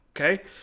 Okay